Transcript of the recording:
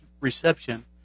reception